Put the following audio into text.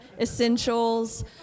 essentials